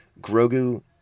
Grogu